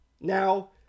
Now